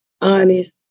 honest